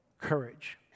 courage